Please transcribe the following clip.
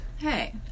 Hey